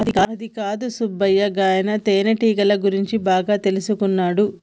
అదికాదు సుబ్బయ్య గాయన తేనెటీగల గురించి బాగా తెల్సుకున్నాడు